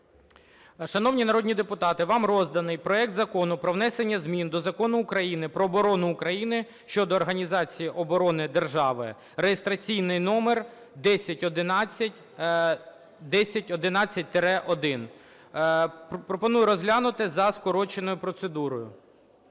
Шановні народні депутати, вам розданий проект Закону про внесення змін до Закону України "Про оборону України" щодо організації оборони держави (реєстраційний номер 1011, 1011-1). Пропоную розглянути за скороченою процедурою.